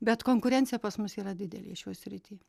bet konkurencija pas mus yra didelė šioj srity